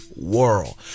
world